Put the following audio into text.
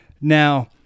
now